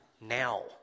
now